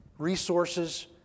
Resources